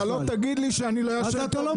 אז אתה לא תגיד לי שאני לא ישן טוב בלילה,